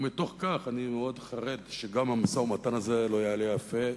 ומתוך כך אני מאוד חרד שגם המשא-ומתן הזה לא יעלה יפה.